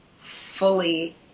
fully